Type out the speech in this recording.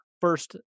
first